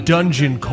Dungeon